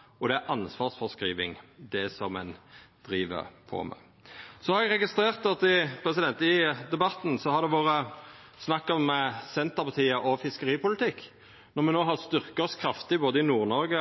syn på rausheit. For det som ein driv med, er ikkje rausheit; det er kynisme, det er populisme, og det er ansvarsfråskriving. Eg har registrert at det i debatten har vore snakk om Senterpartiet og fiskeripolitikk. Når me no har styrkt oss kraftig både i Nord-Noreg